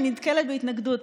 היא נתקלת בהתנגדות.